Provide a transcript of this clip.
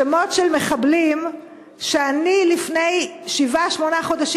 שמות של מחבלים שאני לפני שבעה-שמונה חודשים